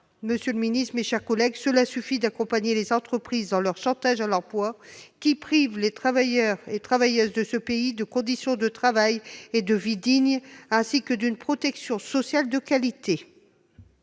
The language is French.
Monsieur le secrétaire d'État, mes chers collègues, nous ne pouvons plus accompagner les entreprises dans leur chantage à l'emploi, qui prive les travailleurs et travailleuses de ce pays de conditions de travail et de vie dignes, ainsi que d'une protection sociale de qualité